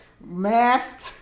mask